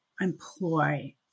employ